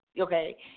Okay